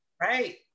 Right